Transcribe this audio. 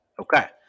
Okay